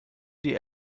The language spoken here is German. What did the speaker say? die